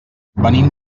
venim